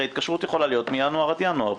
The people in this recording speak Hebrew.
הרי התקשרות יכולה להיות מינואר עד ינואר.